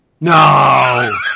No